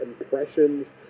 impressions